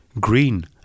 green